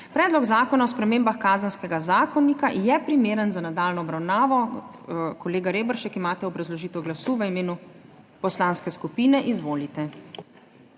Predlog zakona o spremembah Kazenskega zakonika je primeren za nadaljnjo obravnavo. Kolega Reberšek, imate obrazložitev glasu v imenu poslanske skupine. Izvolite.